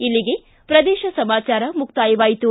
ಇಲ್ಲಿಗೆ ಪ್ರದೇಶ ಸಮಾಚಾರ ಮುಕ್ತಾಯವಾಯಿತು